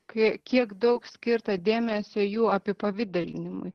kai kiek daug skirta dėmesio jų apipavidalinimui